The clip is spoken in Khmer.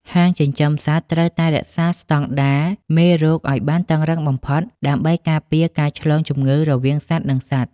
ហាងសត្វចិញ្ចឹមត្រូវតែរក្សាស្តង់ដារមេរោគឱ្យបានតឹងរ៉ឹងបំផុត ដើម្បីការពារការឆ្លងជំងឺរវាងសត្វ និងសត្វ។